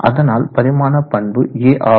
அதனால் பரிமாண பண்பு a ஆகும்